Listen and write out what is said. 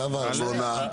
צו הארנונה,